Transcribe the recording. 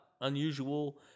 unusual